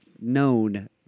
known